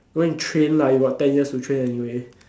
go and train lah you got ten years to train anyways